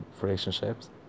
relationships